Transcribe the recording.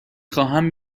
خواهم